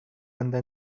anda